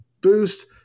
boost